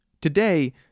Today